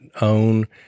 own